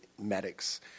medics